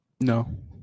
no